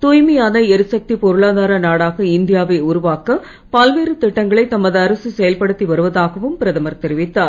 தூய்மையான எரிசக்தி பொருளாதார நாடாக இந்தியாவை உருவாக்க பல்வேறு திட்டங்களை தமது அரசு செயல்படுத்தி வருவதாகவும் பிரதமர் தெரிவித்தார்